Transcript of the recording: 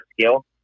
skill